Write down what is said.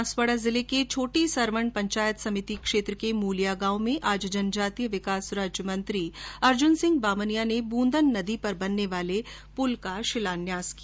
बांसवाड़ा जिले की छोटी सरवन पंचायत समिति क्षेत्र के मुलिया गांव में आज जनजातीय विकास मंत्री अर्जुन सिंह बामनिया ने बूंदन नदी पर बनने वाले पुल का शिलान्यास किया